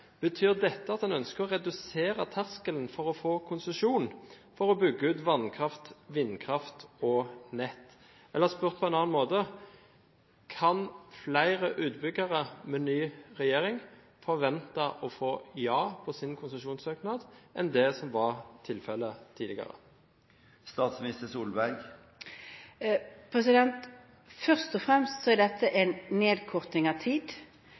Betyr dette at man ønsker å redusere terskelen for å få konsesjon for å bygge ut vannkraft, vindkraft og nett? Eller spurt på en annen måte: Kan flere utbyggere forvente å få ja på sin konsesjonssøknad med den nye regjeringen enn det som var tilfellet tidligere? Først og fremst er dette en nedkorting av tid.